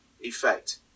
effect